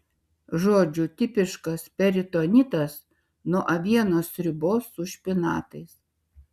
žodžiu tipiškas peritonitas nuo avienos sriubos su špinatais